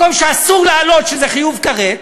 מקום שאסור לעלות, שזה חיוב כרת,